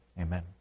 Amen